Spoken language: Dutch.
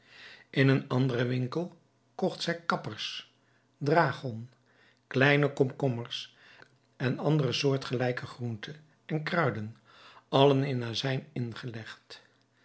in een anderen winkel kocht zij kappers dragon kleine komkommers en andere soortgelijke groenten en kruiden allen in azijn ingelegd